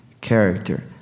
character